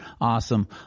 Awesome